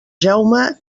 jaume